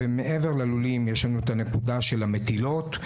ומעבר ללולים יש לנו הנקודה של המטילות,